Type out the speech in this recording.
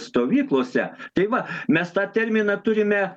stovyklose tai va mes tą terminą turime